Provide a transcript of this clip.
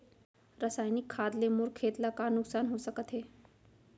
रसायनिक खाद ले मोर खेत ला का नुकसान हो सकत हे?